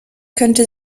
könnte